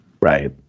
Right